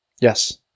Yes